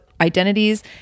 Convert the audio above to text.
identities